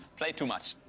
played too much.